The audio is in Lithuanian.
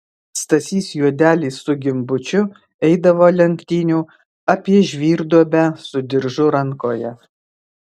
stasys juodelis su gimbučiu eidavo lenktynių apie žvyrduobę su diržu rankoje